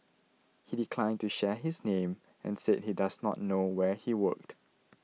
he declined to share his name and said he does not know where he worked